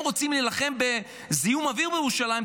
רוצים להילחם בזיהום האוויר בירושלים,